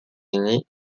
unis